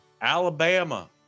Alabama